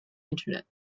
internet